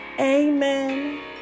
Amen